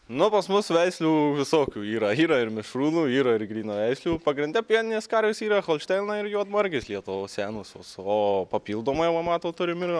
nu pas mus veislių visokių yra ir mišrūnų yra ir grynaveislių pagrinde pieninės karvės yra holšteino ir juodmargis lietuvos senosios o papildomai va matot turime ir